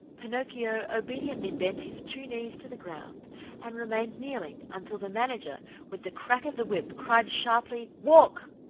pinocchio obediently bent his two knees to the ground and remained kneeling until the manager, with the crack of the whip, cried sharply walk!